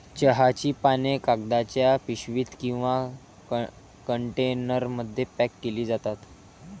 चहाची पाने कागदाच्या पिशवीत किंवा कंटेनरमध्ये पॅक केली जातात